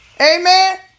Amen